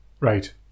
Right